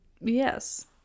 yes